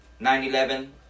9-11